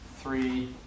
three